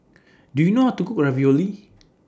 Do YOU know How to Cook Ravioli